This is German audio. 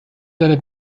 deiner